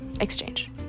Exchange